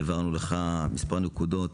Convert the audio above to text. העברנו לך מספר נקודות,